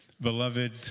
Beloved